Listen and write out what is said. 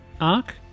Ark